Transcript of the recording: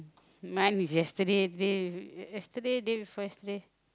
mine is yesterday day~ yesterday day before yesterday